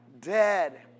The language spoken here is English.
Dead